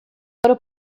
agora